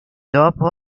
dopo